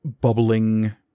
bubbling